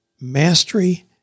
mastery